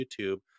YouTube